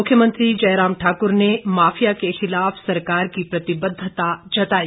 मुख्यमंत्री जयराम ठाकुर ने माफिया के खिलाफ सरकार की प्रतिबद्वता जताई